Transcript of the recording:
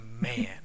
man